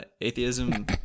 Atheism